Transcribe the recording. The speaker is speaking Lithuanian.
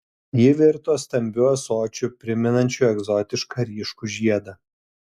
ji virto stambiu ąsočiu primenančiu egzotišką ryškų žiedą